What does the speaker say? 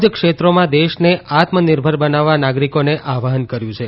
જ ક્ષેત્રોમાં દેશને આત્મનિર્ભર બનાવવા નાગરિકોને આહવાન કર્યું છે